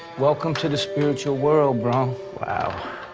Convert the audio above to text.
welcome to the spiritual world bro. wow.